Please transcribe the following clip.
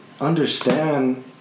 understand